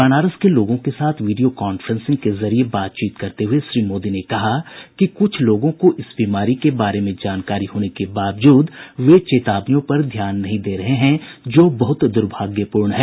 बनारस के लोगों के साथ वीडियो कॉन्फ्रेंसिंग के जरिए बातचीत करते हुए श्री मोदी ने कहा कि कुछ लोगों को इस बीमारी के बारे में जानकारी होने के बावजूद वे चेतावनियों पर ध्यान नहीं दे रहे हैं जो बहुत दुर्भाग्यपूर्ण है